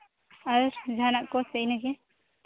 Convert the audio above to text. ᱟᱨ ᱡᱟᱦᱟᱱᱟᱜ ᱠᱚ ᱥᱮ ᱤᱱᱟᱹᱜᱮ